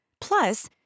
Plus